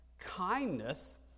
kindness